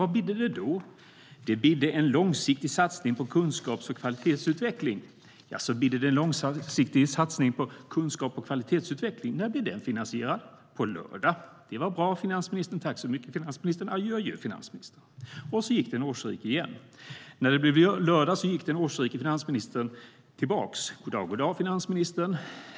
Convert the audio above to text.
Vad bidde det då?- Jaså, bidde det en långsiktig satsning på kunskaps och kvalitetsutveckling? När blir den finansierad?- Det var bra, finansministern. Tack så mycket, finansministern! Adjö, adjö, finansministern! När det blev lördag gick den årsrike till finansministern igen.- God dag, god dag, finansministern!